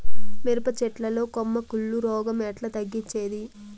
మిరప చెట్ల లో కొమ్మ కుళ్ళు రోగం ఎట్లా తగ్గించేది?